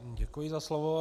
Děkuji za slovo.